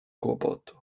kłopotu